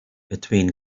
between